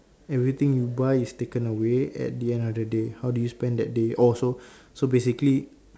everything you buy is taken away at the end of the day how do you spend that day oh so so basically